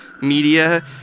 media